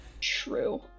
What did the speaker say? true